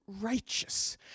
Righteous